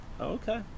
Okay